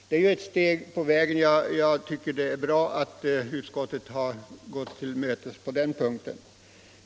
Det är ett steg på vägen och jag tycker det är bra att utskottet varit tillmötesgående på den punkten.